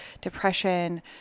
depression